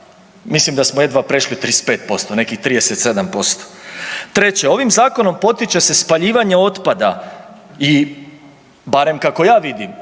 Mislim da smo jedva prešli 35%, nekih 37%. Treće, ovim zakonom potiče se spaljivanje otpada i barem kako ja vidim,